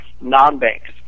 non-banks